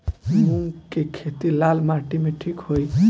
मूंग के खेती लाल माटी मे ठिक होई?